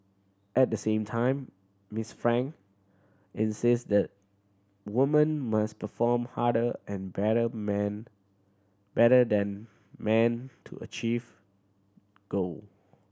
at the same time Miss Frank insist that woman must perform harder and better man better than man to achieve goal